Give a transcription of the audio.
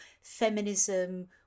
feminism